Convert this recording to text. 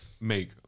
make